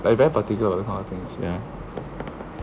I very particular kind of things yeah